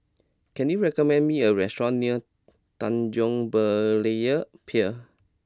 can you recommend me a restaurant near Tanjong Berlayer Pier